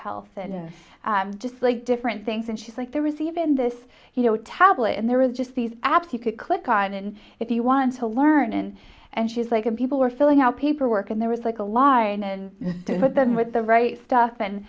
health and just like different things and she's like there was even this you know tablet and there was just these apps you could click on and if you want to learn and and she's like a people were filling out paperwork and there was like a line and but then with the right stuff and